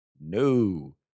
No